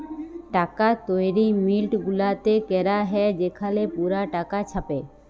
টাকা তৈরি মিল্ট গুলাতে ক্যরা হ্যয় সেখালে পুরা টাকা ছাপে